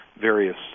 various